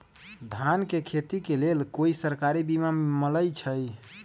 धान के खेती के लेल कोइ सरकारी बीमा मलैछई?